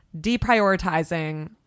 deprioritizing